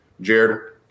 Jared